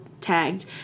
tagged